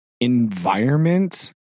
environment